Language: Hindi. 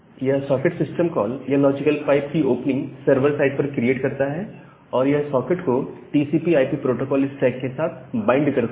यह सॉकेट सिस्टम कॉल यह लॉजिकल पाइप की ओपनिंग सर्वर साइड पर क्रिएट करता है और यह सॉकेट को टीसीपी आईपी प्रोटोकोल स्टैक के साथ बाइंड करता है